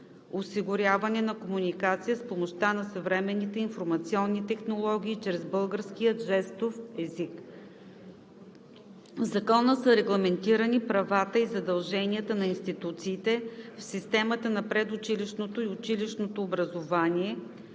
осигуряване на комуникация с помощта на съвременните информационни технологии чрез българския жестов език. В Закона са регламентирани правата и задълженията на институциите в системата на предучилищното и училищното образование